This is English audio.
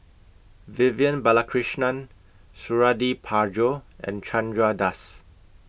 Vivian Balakrishnan Suradi Parjo and Chandra Das